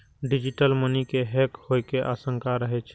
digital money के hack होइ के आशंका रहै छै